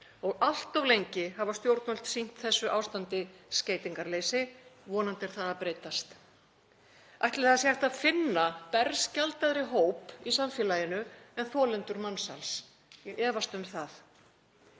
og allt of lengi hafa stjórnvöld sýnt þessu ástandi skeytingarleysi. Vonandi er það að breytast. Ætli það sé hægt að finna berskjaldaðri hóp í samfélaginu en þolendur mansals? Ég efast um það.